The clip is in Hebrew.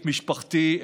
את משפחתי,